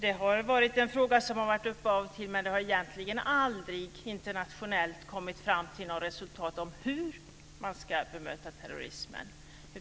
Det är en fråga som har varit uppe av och till, men man har egentligen aldrig internationellt kommit fram till något resultat vad gäller hur man ska bemöta terrorismen.